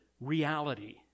reality